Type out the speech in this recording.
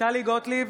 טלי גוטליב,